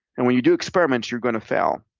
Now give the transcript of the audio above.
and when you do experiments, you're gonna fail.